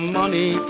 money